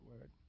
word